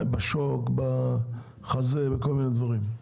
בשוק, בחזה ובכל מיני דברים.